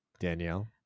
Danielle